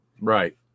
Right